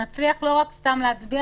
שנצליח לא רק סתם להצביע,